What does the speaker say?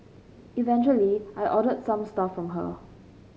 eventually I ordered some stuff from her